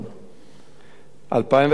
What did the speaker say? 2011,